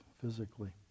physically